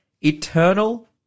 Eternal